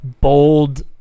bold